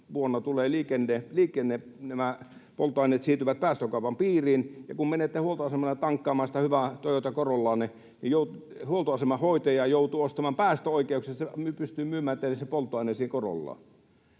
tai 27 nämä liikenteen polttoaineet siirtyvät päästökaupan piiriin, ja kun menette huoltoasemalle tankkaamaan sitä hyvää Toyota Corollaanne, niin huoltoasemanhoitaja joutuu ostamaan päästöoikeuksia, niin että se pystyy myymään teille sen polttoaineen siihen